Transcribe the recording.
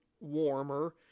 warmer